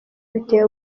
biteye